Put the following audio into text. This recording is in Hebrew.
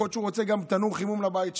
יכול להיות שהוא רוצה תנור חימום לבית שלו,